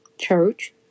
church